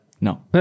No